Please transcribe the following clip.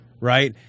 right